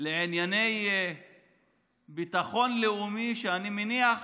לענייני ביטחון לאומי, ואני מניח